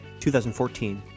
2014